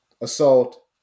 assault